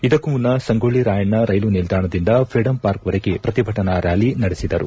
ಇದಕ್ಕೂ ಮುನ್ನ ಸಂಗೊಳ್ಳಿ ರಾಯಣ್ಣ ರೈಲು ನಿಲ್ದಾಣದಿಂದ ಫ್ರೀಡಂ ಪಾರ್ಕ್ವರೆಗೆ ಪ್ರತಿಭಟನಾ ರ್್ಯಾಲಿ ನಡೆಸಿದರು